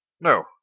no